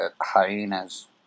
Hyenas